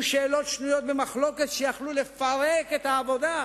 שאלות שנויות במחלוקת שיכלו לפרק את העבודה.